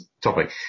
topic